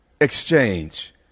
exchange